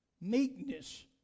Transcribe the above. meekness